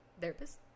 therapist